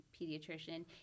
pediatrician